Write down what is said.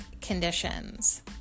conditions